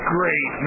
Great